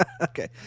Okay